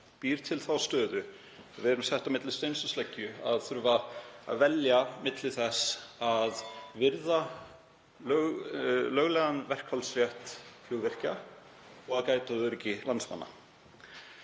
býr til þá stöðu að við erum sett á milli steins og sleggju og þurfum að velja milli þess að virða löglegan verkfallsrétt flugvirkja og þess að gæta öryggis landsmanna.